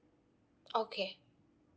okay